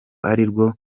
arirwo